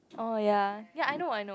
oh ya ya I know I know